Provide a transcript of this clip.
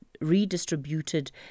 redistributed